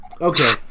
Okay